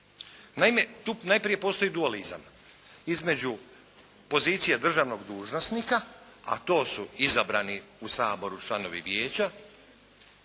Najprije, tu postoji dualizam između pozicije državnog dužnosnika a to su izabrani u Saboru članovi vijeća